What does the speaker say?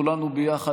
כולנו ביחד,